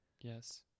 Yes